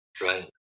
Right